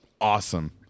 Awesome